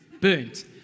burnt